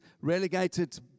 relegated